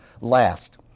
Last